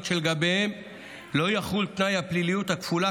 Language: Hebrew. שלגביהן לא יחול תנאי הפליליות הכפולה,